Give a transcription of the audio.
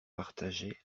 partageait